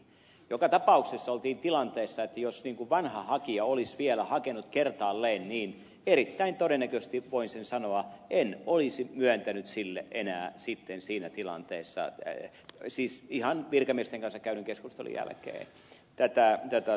joka tapauksessa oltiin tilanteessa että jos vanha hakija olisi vielä hakenut kertaalleen niin erittäin todennäköisesti voin sen sanoa en olisi myöntänyt sille enää sitten siinä tilanteessa siis ihan virkamiesten kanssa käydyn keskustelun jälkeen tätä valtauslupaa